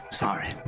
Sorry